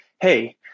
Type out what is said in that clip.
hey